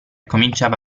cominciava